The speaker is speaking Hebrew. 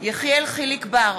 יחיאל חיליק בר,